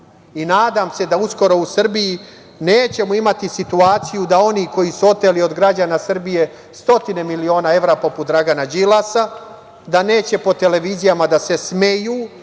se da uskoro u Srbiji nećemo imati situaciju da oni koji su oteli od građana Srbije stotine miliona evra, poput Dragana Đilasa, da neće po televizijama da se smeju